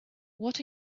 what